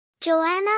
Joanna